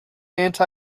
anti